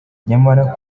nyamara